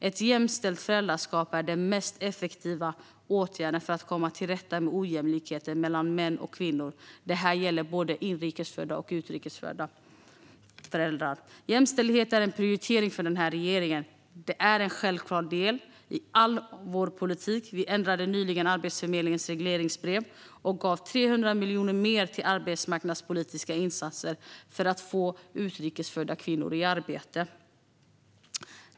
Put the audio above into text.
Ett jämställt föräldraskap är den mest effektiva åtgärden för att komma till rätta med ojämlikheter mellan män och kvinnor. Det här gäller både inrikes och utrikes födda föräldrar. Jämställdhet är en prioritering för den här regeringen. Det är en självklar del i all vår politik. Regeringen ändrade nyligen Arbetsförmedlingens regleringsbrev och gav 300 miljoner mer till arbetsmarknadspolitiska insatser för att få utrikes födda kvinnor i arbete.